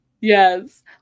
Yes